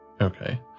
Okay